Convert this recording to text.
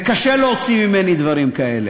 וקשה להוציא ממני דברים כאלה.